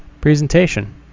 presentation